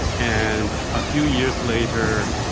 and a few years later,